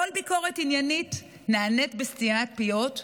כל ביקורת עניינית נענית בסתימת פיות,